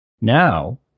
Now